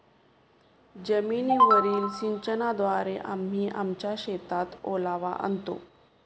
जमीनीवरील सिंचनाद्वारे आम्ही आमच्या शेतात ओलावा आणतो